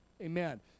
Amen